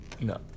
No